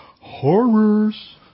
Horrors